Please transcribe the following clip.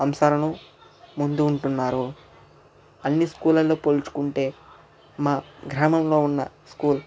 అంశాలను ముందు ఉంటున్నారు అన్నీ స్కూల్లలో పోల్చుకుంటే మా గ్రామంలో ఉన్న స్కూల్